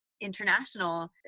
international